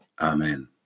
Amen